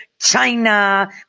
China